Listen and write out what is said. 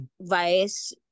Vice